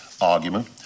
argument